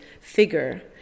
figure